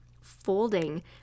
folding